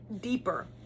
deeper